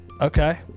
Okay